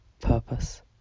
purpose